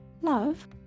love